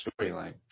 storyline